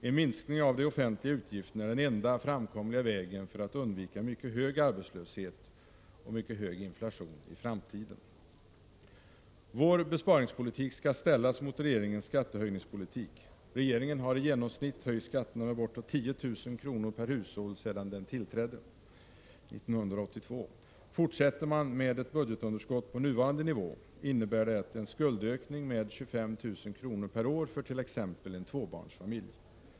En minskning av de offentliga utgifterna är den enda framkomliga vägen för att undvika mycket hög arbetslöshet och mycket hög inflation i framtiden. Vår besparingspolitik skall ställas mot regeringens skattehöjningspolitik. Regeringen har i genomsnitt höjt skatterna med bortåt 10 000 kr. per hushåll sedan den tillträdde 1982. Fortsätter man med ett budgetunderskott på nuvarande nivå, innebär det en skuldökning med 25 000 kr. per år för t.ex. en tvåbarnsfamilj.